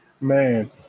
man